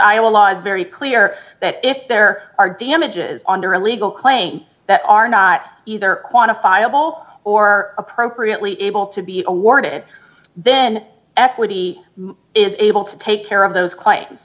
iowa law is very clear that if there are damages under a legal claim that are not either quantifiable or appropriately able to be awarded then equity is able to take care of those claims